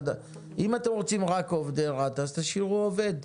אם אתם רוצים רק עובדי רת"א אז תשאירו "עובד",